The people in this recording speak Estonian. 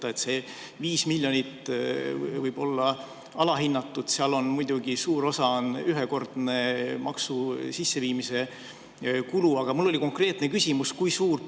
See 5 miljonit võib olla alahinnatud. Seal on muidugi suur osa ühekordsel maksu sisseviimise kulul. Aga mul olid konkreetsed küsimused. Kui suur